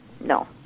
no